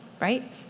right